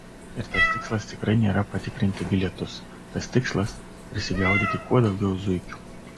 ir tas tikslas tikrai nėra patikrinti bilietus tas tikslas prisigaudyti kuo daugiau zuikių